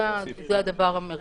זה הדבר המרכזי.